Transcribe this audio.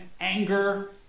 anger